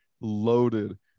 loaded